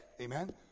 Amen